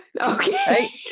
okay